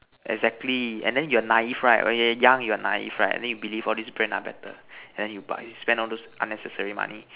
exactly and you're naive right when you are young you are naive right and then you believe all these Brands are better and then you buy you spend all those unnecessary money